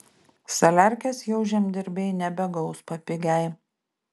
saliarkės jau žemdirbiai nebegaus papigiaj